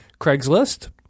Craigslist